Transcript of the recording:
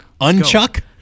Unchuck